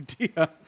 idea